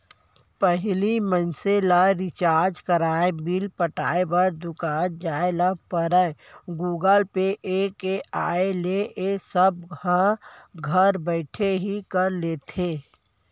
पहिली मनसे ल रिचार्ज कराय, बिल पटाय बर दुकान जाय ल परयए गुगल पे के आय ले ए सब ह घर बइठे ही कर लेथे